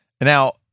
Now